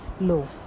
low